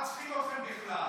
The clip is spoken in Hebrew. מה צריכים אתכם בכלל?